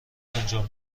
انجام